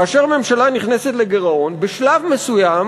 כאשר ממשלה נכנסת לגירעון, בשלב מסוים